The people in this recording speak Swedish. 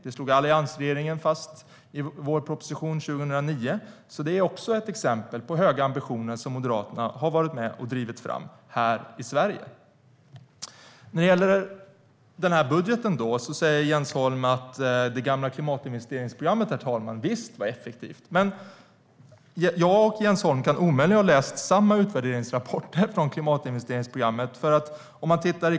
Det slog alliansregeringen fast i vår klimatproposition 2009 och är också ett exempel på höga ambitioner som Moderaterna har varit med och drivit fram här i Sverige. Herr talman! När det gäller den här budgeten säger Jens Holm att det gamla klimatinvesteringsprogrammet visst var effektivt. Jag och Jens Holm kan omöjligen ha läst samma utvärderingsrapporter när det gäller klimatinvesteringsprogrammet.